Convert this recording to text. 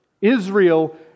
Israel